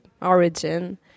origin